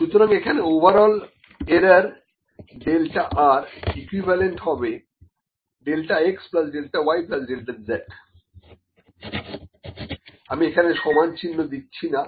সুতরাং এখানে overall error delta r equivalent হবে delta x plus delta y plus delta z আমি এখানে সমান চিহ্ন দিচ্ছি না